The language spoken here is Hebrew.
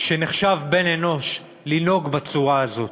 שנחשב בן-אנוש לנהוג בצורה הזאת?